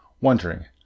wondering